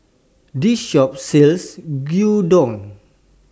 This Shop sells Gyudon